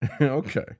Okay